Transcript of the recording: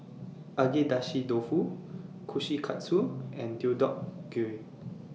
Agedashi Dofu Kushikatsu and Deodeok Gui